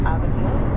Avenue